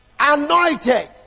Anointed